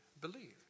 believe